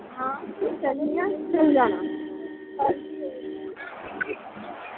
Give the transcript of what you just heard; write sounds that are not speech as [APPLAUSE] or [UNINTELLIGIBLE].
[UNINTELLIGIBLE]